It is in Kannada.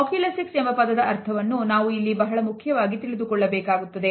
Oculesics ಎಂಬ ಪದದ ಅರ್ಥವನ್ನು ನಾವು ಇಲ್ಲಿ ಬಹಳ ಮುಖ್ಯವಾಗಿ ತಿಳಿದುಕೊಳ್ಳಬೇಕಾಗುತ್ತದೆ